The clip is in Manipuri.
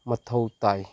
ꯃꯊꯧ ꯇꯥꯏ